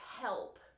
help